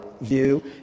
view